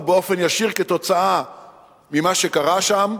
ובאופן ישיר בגלל מה שקרה שם,